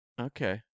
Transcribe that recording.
okay